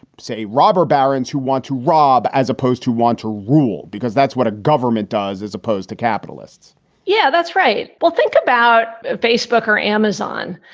say, robber barons who want to rob as opposed to want to rule? because that's what a government does as opposed to capitalists yeah, that's right. we'll think about it. facebook or amazon.